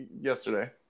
yesterday